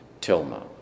tilma